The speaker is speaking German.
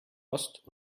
ost